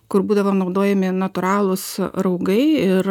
kur būdavo naudojami natūralūs raugai ir